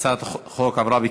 (אסיר עולם שהורשע ברצח חריג בחומרתו),